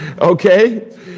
okay